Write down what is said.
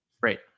Great